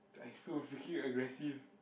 I so freaking aggressive